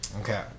Okay